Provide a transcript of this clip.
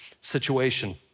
situation